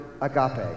agape